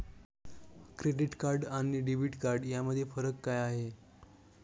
Credit card आणि debit कार्डमधील फरक काय आहे?